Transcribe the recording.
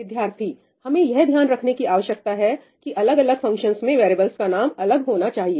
विद्यार्थी हमें यह ध्यान रखने की आवश्यकता है कि अलग अलग फंक्शंस में वैरियेबल्स का नाम अलग होना चाहिए